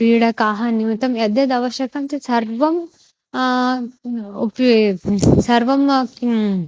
क्रीडकाः न्यूनं यद्यद् आवश्यकं तत् सर्वं उप्ये सर्वं किम्